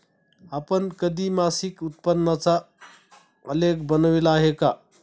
आपण कधी मासिक उत्पन्नाचा आलेख बनविला आहे का?